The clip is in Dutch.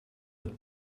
het